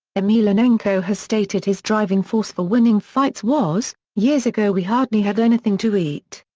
emelianenko has stated his driving force for winning fights was years ago we hardly had anything to eat.